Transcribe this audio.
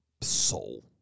soul